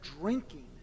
drinking